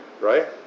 right